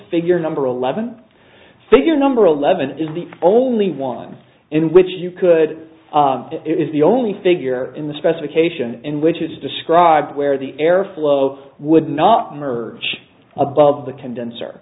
figure number eleven figure number eleven is the only one in which you could it is the only figure in the specification in which it is described where the airflow would not emerge above the condenser s